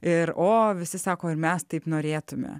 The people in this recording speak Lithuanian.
ir o visi sako ir mes taip norėtume